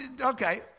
okay